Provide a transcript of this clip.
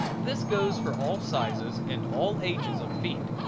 this goes for all sizes and all ages of feet.